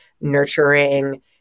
nurturing